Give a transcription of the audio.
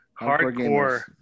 Hardcore